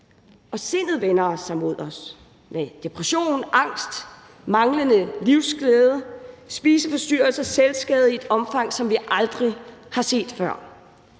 Og sindet vender sig mod os med depression, angst, manglende livsglæde, spiseforstyrrelser og selvskade i et omfang, som vi aldrig har set før.